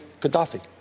Gaddafi